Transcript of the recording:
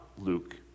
Luke